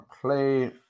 play